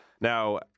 Now